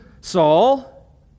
Saul